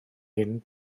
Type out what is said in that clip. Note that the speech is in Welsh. hyn